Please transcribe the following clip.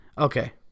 Okay